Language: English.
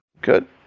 Good